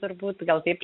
turbūt gal taip